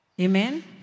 Amen